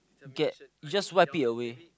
get just wipe it away